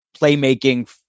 playmaking